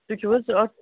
تُہۍ چھُو حظ اتھ